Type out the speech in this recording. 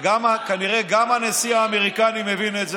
וכנראה גם הנשיא האמריקני מבין את זה,